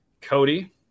Cody